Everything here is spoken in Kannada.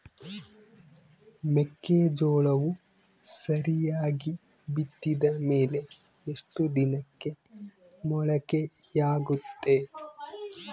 ಮೆಕ್ಕೆಜೋಳವು ಸರಿಯಾಗಿ ಬಿತ್ತಿದ ಮೇಲೆ ಎಷ್ಟು ದಿನಕ್ಕೆ ಮೊಳಕೆಯಾಗುತ್ತೆ?